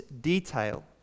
detail